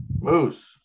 Moose